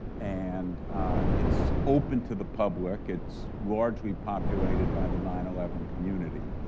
and it's open to the public, it's largely populated by the nine eleven community.